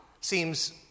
seems